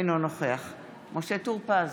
אינו נוכח משה טור פז,